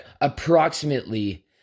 approximately